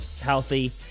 healthy